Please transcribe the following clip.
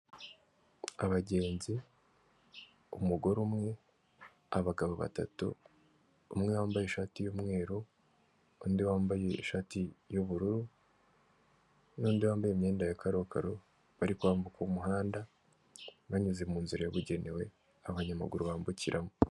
Abagenzi, umugore umwe, abagabo batatu, umwe wambaye ishati y'umweru, undi wambaye ishati y'ubururu n'undi wambaye imyenda ya karokaro, bari kwambuka umuhanda, banyuze mu nzira yabugenewe abanyamaguru bambukiramo.